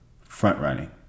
Front-running